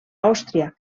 àustria